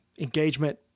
engagement